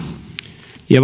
ja